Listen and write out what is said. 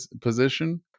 position